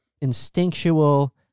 instinctual